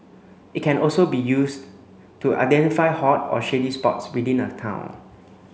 it can also be used to identify hot or shady spots within a town